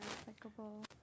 applicable